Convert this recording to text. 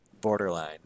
borderline